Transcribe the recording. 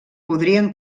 podrien